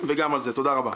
תודה רבה.